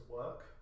work